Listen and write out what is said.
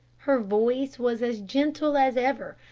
her voice was as gentle as ever,